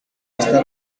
esta